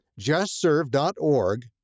JustServe.org